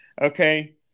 Okay